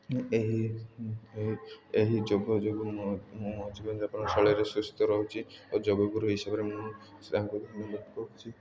ଏହି ଏହି ଯୋଗ ଯୋଗୁଁ ମୁଁ ମୁଁ ଜୀବନ ଶୈଳୀରେ ସୁସ୍ଥ ରହୁଛି ଓ ଯୋଗଗୁରୁ ହିସାବରେ ମୁଁ ସେ